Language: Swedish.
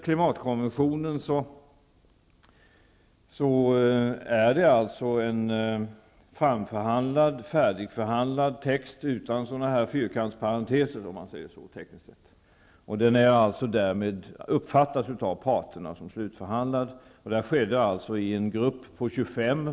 Klimatkonventionen är en framförhandlad, färdigförhandlad text utan några tekniska fyrkantsparenteser. Den uppfattas av parterna som slutförhandlad. Slutförhandlingen skedde i en grupp bestående av 25 representanter.